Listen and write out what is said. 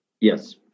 Yes